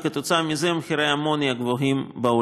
וכתוצאה מזה מחירי אמוניה בעולם היו גבוהים.